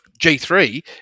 G3